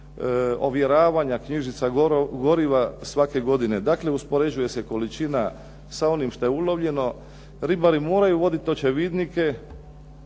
ovjeravanja knjižica goriva svake godine, dakle uspoređuje se količina sa onim što je ulovljeno. Ribari moraju voditi očevidnike